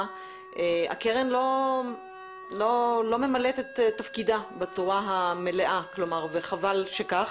הקרן לא ממלאת את תפקידה בצורה המלאה וחבל שכך,